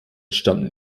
stammten